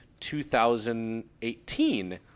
2018